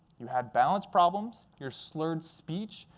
you had balance problems, your slurred speech,